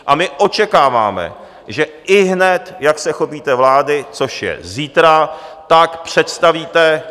A my očekáváme, že ihned, jak se chopíte vlády, což je zítra, tak představíte...